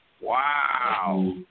Wow